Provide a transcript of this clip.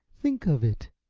think of it!